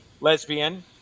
lesbian